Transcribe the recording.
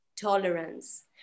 tolerance